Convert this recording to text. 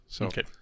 Okay